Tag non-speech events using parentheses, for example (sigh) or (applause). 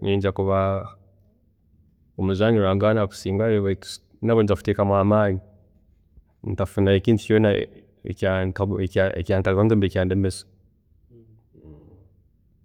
ninyija kuba omuzaani rurangaanwa akusingayo baitu nabwe ninyija kuteekamu amaani, ntafuna ekintu kyoona (hesitation) ekyantaribaniza rundi ekyandemesa.